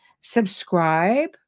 subscribe